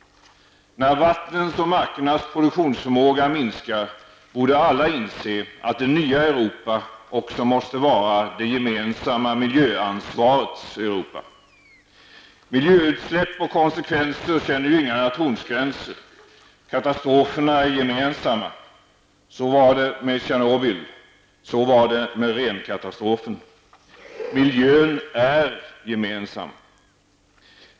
När vattnens och markernas produktionsförmåga minskar, borde alla inse att det nya Europa också måste vara det gemensamma miljöansvarets Europa. Miljöutsläpp och deras konsekvenser känner ju inga nationsgränser. Katastroferna är gemensamma. Så var det med Tjernobyl och med Rhen-katastrofen. Miljön är gemensam.